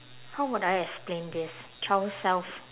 how would I explain this child self